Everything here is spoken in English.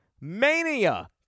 Mania